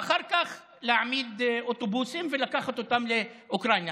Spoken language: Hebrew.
ואחר כך להעמיד אוטובוסים ולקחת אותם לאוקראינה.